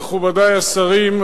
מכובדי השרים,